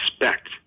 respect